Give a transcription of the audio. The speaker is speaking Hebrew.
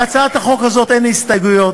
להצעת החוק הזאת אין הסתייגויות,